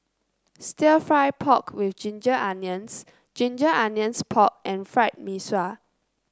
stir fry pork with Ginger Onions Ginger Onions Pork and Fried Mee Sua